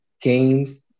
games